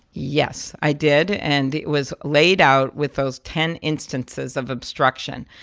yes, i did. and it was laid out with those ten instances of obstruction,